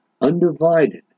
undivided